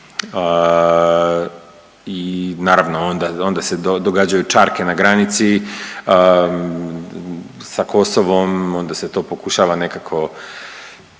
i naravno onda se događaju čarke na granici sa Kosovom. Onda se to pokušava nekako